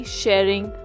sharing